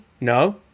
No